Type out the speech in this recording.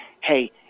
hey